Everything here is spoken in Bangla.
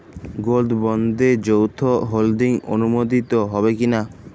গোল্ড বন্ডে যৌথ হোল্ডিং অনুমোদিত হবে কিনা?